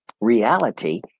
reality